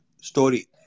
story